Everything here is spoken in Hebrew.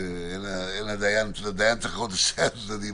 הדיין צריך לראות את שני הצדדים